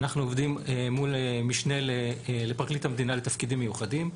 אנחנו עובדים מול משנה לפרקליט המדינה לתפקידים מיוחדים,